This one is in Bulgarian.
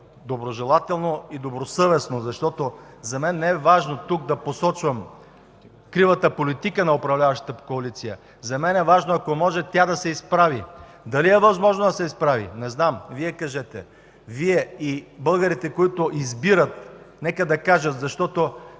доброжелателно и добросъвестно, защото за мен не е важно тук да посочвам кривата политика на управляващата коалиция, за мен е важно, ако може тя да се изправи. Дали е възможно да се изправи? – Не знам!? Вие кажете! Вие и българите, които избират, нека да кажат, защото